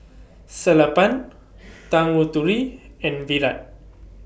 Sellapan Tanguturi and Virat